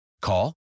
Call